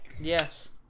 Yes